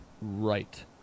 Right